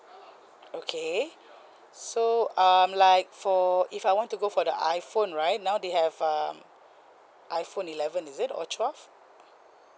okay so um like for if I want to go for the iphone right now they have um iphone eleven is it or twelve